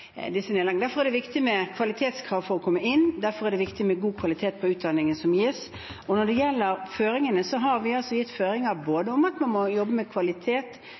Derfor er det viktig med kvalitetskrav for å komme inn, derfor er det viktig med god kvalitet på utdanningen som gis. Når det gjelder føringene, har vi gitt føringer om at man må jobbe med kvalitet